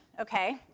okay